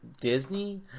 disney